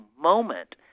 moment